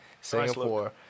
Singapore